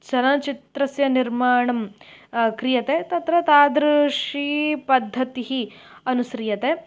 चलनचित्रस्य निर्माणं क्रियते तत्र तादृशी पद्धतिः अनुस्रीयते